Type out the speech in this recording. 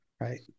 Right